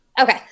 Okay